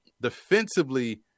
defensively